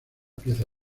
pieza